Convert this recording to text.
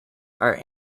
are